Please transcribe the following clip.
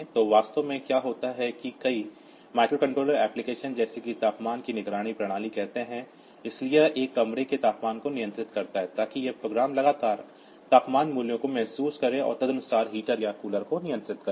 तो वास्तव में क्या होता है कि कई माइक्रोकंट्रोलर एप्लिकेशन जैसे कि तापमान की निगरानी प्रणाली कहते हैं इसलिए यह एक कमरे के तापमान को नियंत्रित करता है ताकि यह प्रोग्राम लगातार तापमान मूल्यों को महसूस करे और तदनुसार हीटर या कूलर को नियंत्रित करे